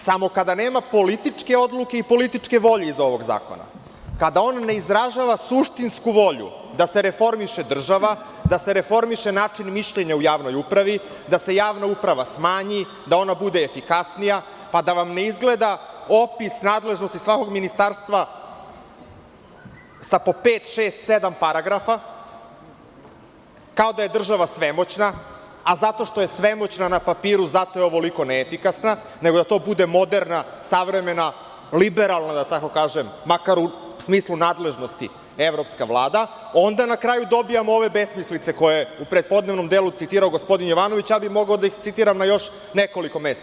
Samo kada nema političke odluke i političke volje iz ovog zakona, kada on ne izražava suštinsku volju da se reformiše država, da se reformiše način mišljenja u javnoj upravi, da se javna uprava smanji, da ona bude efikasnija, pa da vam ne izgleda opis nadležnosti svakog ministarstva sa po pet, šest, sedam paragrafa, kao da je država svemoćna, a zato što je svemoćna na papiru, zato je ovoliko neefikasna, nego da to bude moderna, savremena, liberalna, da tako kažem, makar u smislu nadležnosti evropska vlada, onda na kraju dobijamo ove besmislice koje je u prepodnevnom delu citirao gospodin Jovanović, ali bi mogao da ih citiram na još nekoliko mesta.